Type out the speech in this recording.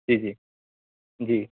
جی جی جی